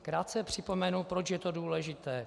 Krátce připomenu, proč je to důležité.